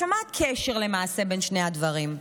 מה הקשר בין שני הדברים?